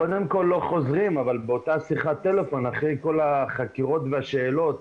קודם כל לא חוזרים אבל באותה שיחת טלפון אחרי כל החקירות והשאלות,